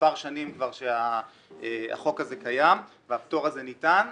מספר שנים שהחוק הזה קיים והפטור הזה ניתן.